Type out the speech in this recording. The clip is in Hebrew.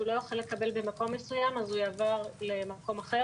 לא יכול לקבל במקום מסוים אז הוא יעבור למקום אחר,